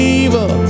evil